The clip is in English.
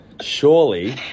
surely